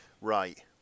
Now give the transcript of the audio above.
Right